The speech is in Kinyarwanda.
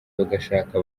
bagashaka